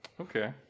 Okay